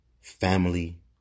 family